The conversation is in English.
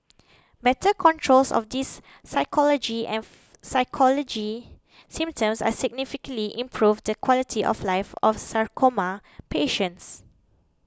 better controls of these physiology and psychology symptoms can significantly improve the quality of life of sarcoma patients